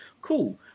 Cool